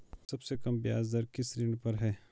सबसे कम ब्याज दर किस ऋण पर है?